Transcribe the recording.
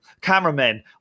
cameramen